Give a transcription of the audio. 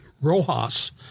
Rojas